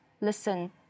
listen